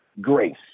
Grace